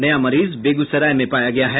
नया मरीज बेगूसराय में पाया गया है